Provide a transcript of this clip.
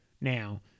Now